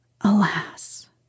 Alas